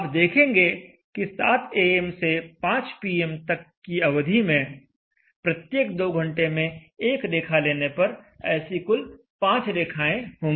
आप देखेंगे कि 700 एएम am से 500 पीएम pm तक की अवधि में प्रत्येक 2 घंटे में एक रेखा लेने पर ऐसी कुल पांच रेखाएं होंगी